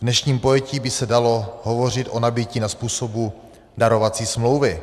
V dnešním pojetí by se dalo hovořit o nabytí na způsob darovací smlouvy.